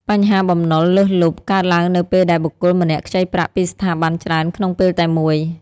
បញ្ហាបំណុលលើសលប់ កើតឡើងនៅពេលដែលបុគ្គលម្នាក់ខ្ចីប្រាក់ពីស្ថាប័នច្រើនក្នុងពេលតែមួយ។